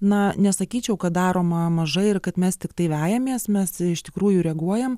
na nesakyčiau kad daroma mažai ir kad mes tiktai vejamės mes iš tikrųjų reaguojam